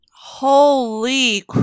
Holy